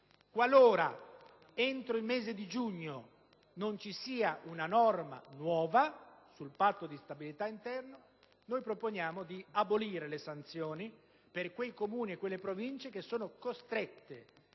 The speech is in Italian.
qualora entro il mese di giugno non ci sia una nuova normativa sul Patto di stabilità interno, proponiamo di abolire le sanzioni per i Comuni e le Province che sono costrette